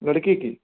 لڑکی کی